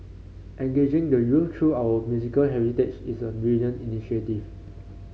engaging the youth through our musical heritage is a brilliant initiative